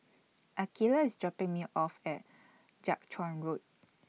Akeelah IS dropping Me off At Jiak Chuan Road